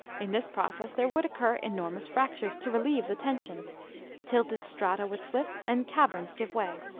in this process there would occur enormous fractures to relieve the tension tilted strata would slip, and caverns give way.